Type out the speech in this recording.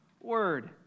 word